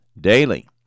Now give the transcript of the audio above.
Daily